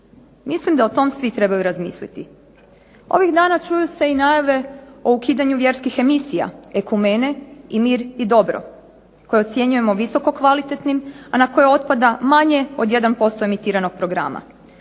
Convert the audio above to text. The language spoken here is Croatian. Mislim da o tom svi trebaju razmisliti. Ovih dana čuju se i najave o ukidanju vjerskih emisija Ekumene i Mir i dobro koju ocjenjujemo visoko kvalitetnim, a na koje otpada manje od 1% emitiranog programa.